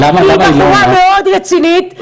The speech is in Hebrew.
היא בחורה מאוד רצינית,